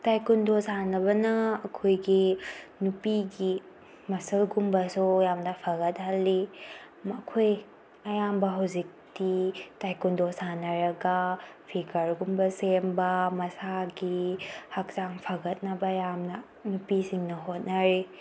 taekwondo ꯁꯥꯟꯅꯕꯅ ꯑꯩꯈꯣꯏꯒꯤ ꯅꯨꯄꯤꯒꯤ ꯃꯁꯜꯒꯨꯝꯕꯁꯨ ꯌꯥꯝꯅ ꯐꯒꯠꯍꯜꯂꯤ ꯑꯩꯈꯣꯏ ꯑꯌꯥꯝꯕ ꯍꯧꯖꯤꯛꯇꯤ ꯇꯥꯏꯀꯨꯟꯗꯣ ꯁꯥꯟꯅꯔꯒ ꯐꯤꯒꯔꯒꯨꯝꯕ ꯁꯦꯝꯕ ꯃꯁꯥꯒꯤ ꯍꯛꯆꯥꯡ ꯐꯒꯠꯅꯕ ꯌꯥꯝꯅ ꯅꯨꯄꯤꯁꯤꯡꯅ ꯍꯣꯠꯅꯔꯤ